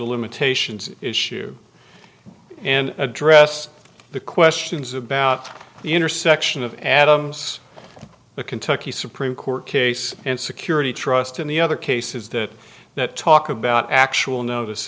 of limitations issue and address the questions about the intersection of adams the kentucky supreme court case and security trust and the other cases that that talk about actual notice